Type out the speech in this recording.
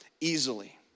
easily